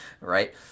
right